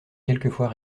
quelquefois